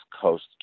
Coast